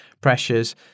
pressures